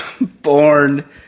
born